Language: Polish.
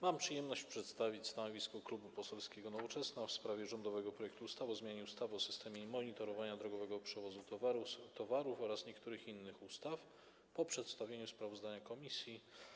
Mam przyjemność przedstawić stanowisko Klubu Poselskiego Nowoczesna w sprawie rządowego projektu ustawy o zmianie ustawy o systemie monitorowania drogowego przewozu towarów oraz niektórych innych ustaw po przedstawieniu sprawozdania komisji.